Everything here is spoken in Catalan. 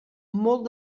molt